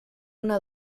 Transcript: una